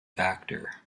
factor